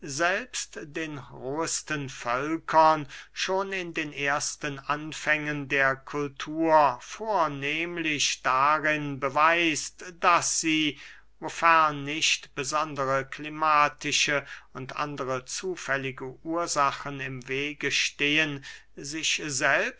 selbst den rohesten völkern schon in den ersten anfängen der kultur vornehmlich darin beweist daß sie wofern nicht besondere klimatische oder andere zufällige ursachen im wege stehen sich selbst